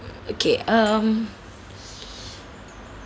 okay um